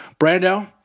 brando